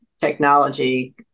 technology